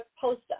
post